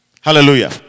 Hallelujah